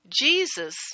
Jesus